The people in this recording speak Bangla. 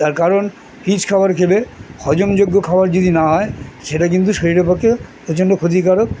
তার কারণ রিচ খাবার খেলে হজম যোগ্য খাবার যদি না হয় সেটা কিন্তু শরীরের পক্ষে প্রচণ্ড ক্ষতিকারক